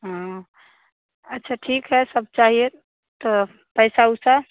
अच्छा ठीक है सब चाहिए त पैसा उसा